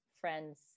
friends